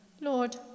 Lord